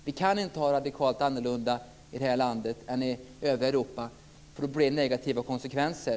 Vi kan inte vara radikalt annorlunda i det här landet än i övriga Europa. Då blir det negativa konsekvenser.